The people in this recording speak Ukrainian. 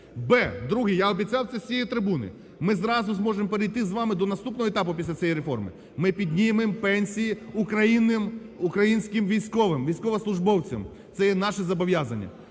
б) друге, я обіцяв це з цієї трибуни, ми зразу зможемо перейти з вами до наступного етапу після цієї реформи, ми піднімемо пенсії українським військовим, військовослужбовцям, це є наше зобов'язання,